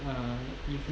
err if you